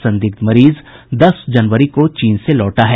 संदिग्ध मरीज दस जनवरी को चीन से लौटा है